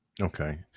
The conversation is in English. Okay